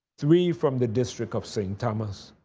three from the district of st. thomas,